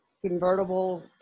convertible